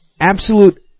absolute